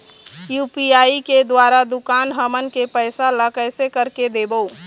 UPI के द्वारा दुकान हमन के पैसा ला कैसे कर के देबो?